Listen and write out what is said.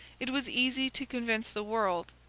it was easy to convince the world,